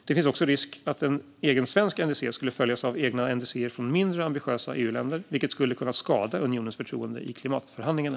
Det finns också risk att ett eget svenskt NDC skulle följas av egna NDC:er från mindre ambitiösa EU-länder, vilket skulle kunna skada unionens förtroende i klimatförhandlingarna.